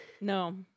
No